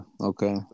okay